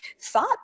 thought